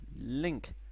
Link